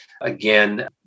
again